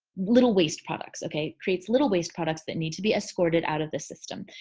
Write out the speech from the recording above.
little waste products, okay? creates little waste products that need to be escorted out of the system.